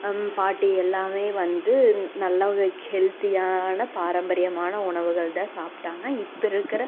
பாட்டி எல்லாமே வந்து நல்லா ஒரு ஹெல்தியான பாரம்பரியமான உணவுகள் தான் சாப்பிடாங்க இப்போ இருக்கிற